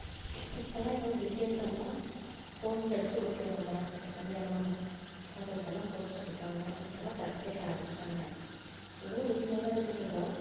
first எல்லாம் ஏதோ ஒரு விசேஷன்னா போஸ்டர் அடித்து ஒட்டுவங்க ஒரு கல்யாணம் ஒரு காது குத்துன்னால் போஸ்டர் அடிப்பாங்க இப்பெல்லாம் ஃபிளக்ஸ் வைக்க ஆரம்பிச்சுட்டாங்க இதுவும் ஈஸியாகதான் இருக்குது கொஞ்சம்